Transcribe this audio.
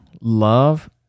love